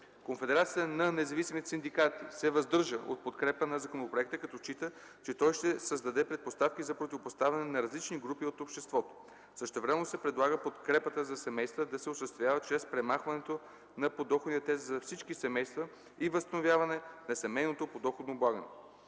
Конфедерацията на независимите синдикати се въздържа от подкрепа на законопроекта, като счита, че той ще създаде предпоставки за противопоставяне на различни групи от обществото. Същевременно се предлага подкрепата за семействата да се осъществява чрез премахването на подоходния тест за всички семейства и възстановяване на семейното подоходно облагане.